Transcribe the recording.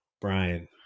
Brian